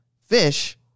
Fish